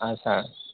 sir